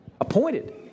Appointed